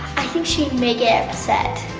i think she may get upset.